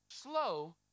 Slow